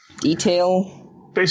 detail